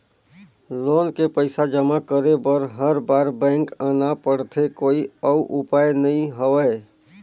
Loan के पईसा जमा करे बर हर बार बैंक आना पड़थे कोई अउ उपाय नइ हवय?